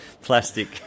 plastic